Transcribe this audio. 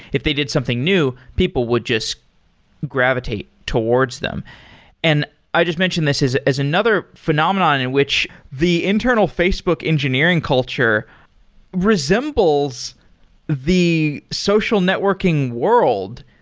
if they did something new, people would just gravitate towards them and i just mentioned this as as another phenomenon in which the internal facebook engineering culture resembles the social networking world,